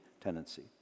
tendency